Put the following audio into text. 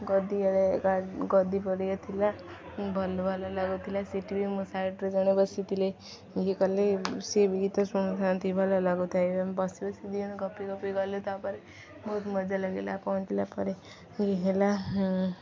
ଗଦିରେ ଗଦି ପରିକା ଥିଲା ଭଲ ଭଲ ଲାଗୁଥିଲା ସେଠି ବି ମୋ ସାଇଡ଼ରେ ଜଣେ ବସିଥିଲେ ଇଏ କଲେ ସିଏ ବି ଗୀତ ଶୁଣୁଥାନ୍ତି ଭଲ ଲାଗୁଥାଏ ବସି ବସି ଦୁଇ ଜଣ ଗପି ଗପି ଗଲୁ ତାପରେ ବହୁତ ମଜା ଲାଗିଲା ପହଞ୍ଚିଲା ପରେ ଇଏ ହେଲା